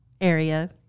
area